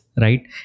right